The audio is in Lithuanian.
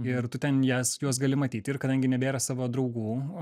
ir tu ten jas juos gali matyti ir kadangi nebėra savo draugų